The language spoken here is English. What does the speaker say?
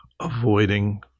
avoiding